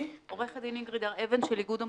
עו"ד אינגריד הר אבן של איגוד המוסכים,